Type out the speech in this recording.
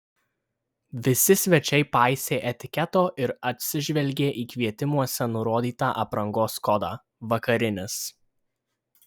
visi svečiai paisė etiketo ir atsižvelgė į kvietimuose nurodytą aprangos kodą vakarinis